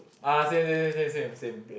ah same same same same same same